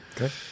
Okay